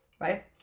right